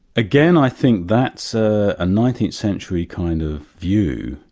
again, i think that's a ah nineteenth century kind of view.